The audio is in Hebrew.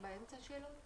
השאלות באמצע?